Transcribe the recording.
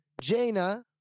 jaina